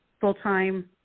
full-time